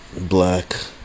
black